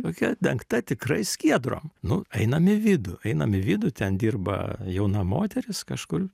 tokia dengta tikrai skiedrom nu einam į vidų einam į vidų ten dirba jauna moteris kažkur